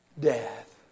death